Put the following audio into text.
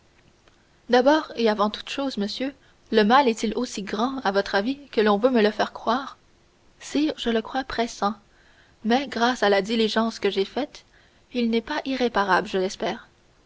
d'abord et avant toutes choses monsieur le mal est-il aussi grand à votre avis que l'on veut me le faire croire sire je le crois pressant mais grâce à la diligence que j'ai faite il n'est pas irréparable je l'espère